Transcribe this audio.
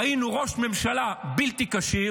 ראינו ראש ממשלה בלתי כשיר,